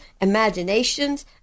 imaginations